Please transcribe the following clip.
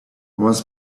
was